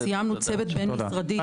סיימנו צוות בין משרדי עם משרד החינוך.